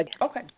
Okay